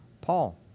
Paul